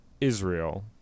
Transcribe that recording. israel